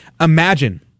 imagine